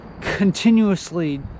...continuously